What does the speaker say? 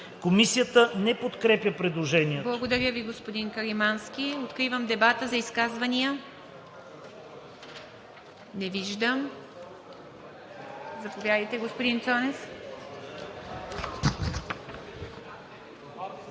Комисията не подкрепя предложението.